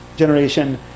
generation